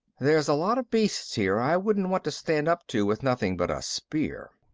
there's a lot of beasts here i wouldn't want to stand up to with nothing but a spear.